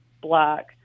black